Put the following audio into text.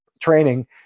training